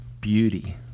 beauty